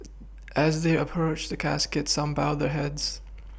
as they approached the casket some bowed their heads